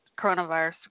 coronavirus